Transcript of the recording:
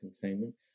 containment